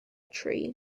tree